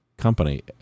company